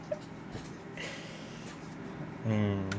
mm